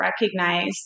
recognize